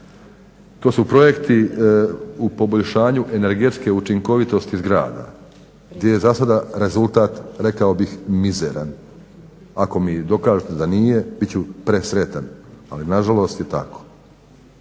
to su projekti u poboljšanju energetske učinkovitosti zgrada gdje je zasada rezultat rekao bih mizeran. Ako mi dokažete da nije bit ću presretan, ali nažalost je tako.